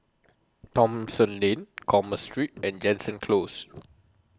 Thomson Lane Commerce Street and Jansen Close